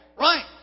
Right